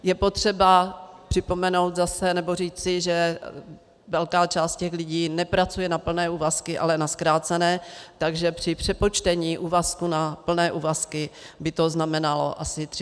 Je potřeba připomenout zase, nebo říci, že velká část z těch lidí nepracuje na plné úvazky, ale na zkrácené, takže při přepočtení úvazku na plné úvazky by to znamenalo asi 336 mil. Kč.